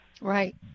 Right